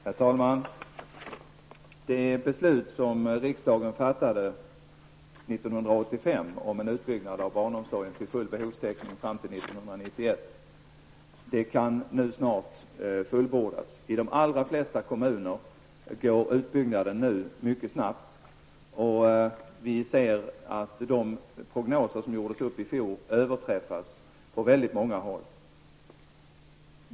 Herr talman! Det beslut som riksdagen fattade 1985 om en utbyggnad av barnomsorgen till full behovstäckning under 1991 kan snart fullbordas. I de allra flesta kommuner går utbyggnaden nu mycket snabbt. Och vi ser att de prognoser som gjordes i fjol överträffas på väldigt många håll.